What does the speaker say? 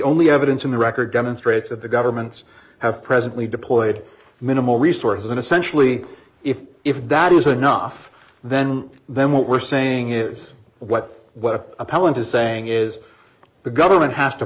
only evidence in the record demonstrates that the governments have presently deployed minimal resources and essentially if if that isn't enough then then what we're saying is what appellant is saying is the government has to